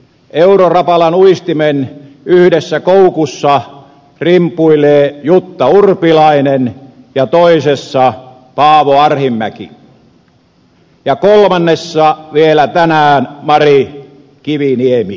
euro rapala uistimen yhdessä koukussa rimpuilee jutta urpilainen ja toisessa paavo arhinmäki ja kolmannessa vielä tänään mari kiviniemi